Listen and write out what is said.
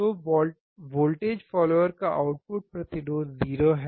तो voltage follower का output प्रतिरोध 0 है